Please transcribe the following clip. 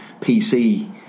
PC